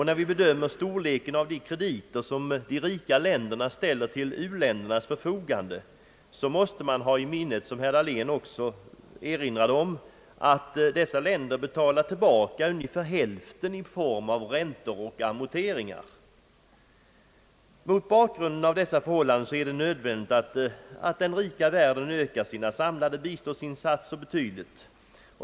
När vi bedömer storleken av de krediter som de rika länderna ställer till u-ländernas förfogande, måste vi ha i minnet — vilket herr Dablén också erinrade om — att u-länderna be talar tillbaka ungefär hälften i form av räntor och amorteringar. Mot bakgrunden av dessa förhållanden är det nödvändigt att den rika världen ökar sina samlade biståndsinsatser betydligt.